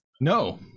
No